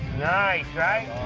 nice, right?